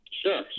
Sure